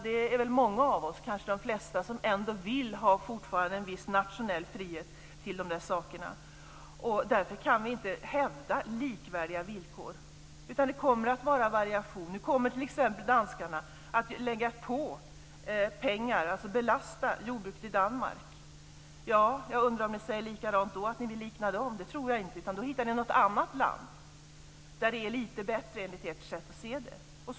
Det är många av oss, kanske de flesta, som fortfarande ändå vill ha en viss nationell frihet i de här sakerna. Därför kan vi inte hävda likvärdiga villkor, utan det kommer att vara variationer. Nu kommer t.ex. danskarna att lägga på pengar, belasta jordbruket i Danmark. Jag undrar om ni säger likadant då, att ni vill likna dem. Det tror jag inte, utan ni hittar något annat land där det är lite bättre enligt ert sätt att se det.